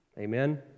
Amen